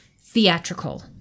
theatrical